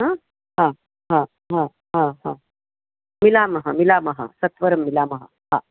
हा हा हा हा हा हा मिलामः मिलामः सत्वरं मिलामः हा